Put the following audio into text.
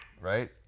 Right